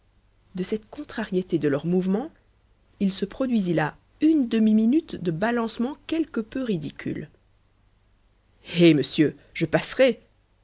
de cette contrariété de leurs mouvements il se produisit là une demi-minute de balancements quelque peu ridicules eh monsieur je passerai